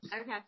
Okay